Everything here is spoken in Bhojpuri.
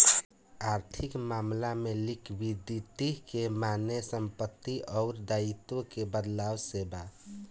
आर्थिक मामला में लिक्विडिटी के माने संपत्ति अउर दाईत्व के बदलाव से बा